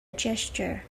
gesture